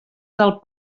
del